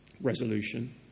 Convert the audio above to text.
resolution